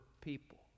people